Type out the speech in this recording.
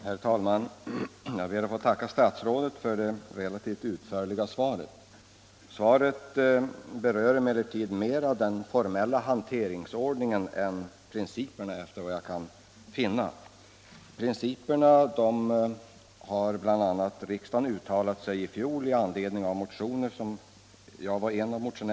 Herr talman! Jag ber att få tacka statsrådet för det relativt utförliga svaret. Detta berör emellertid mera den formella hanteringsordningen än principerna. Principerna för förändring av postservicen på landsbygden har riksdagen uttalat sig om i fjol i anledning av motioner som bl.a. jag var med om att väcka.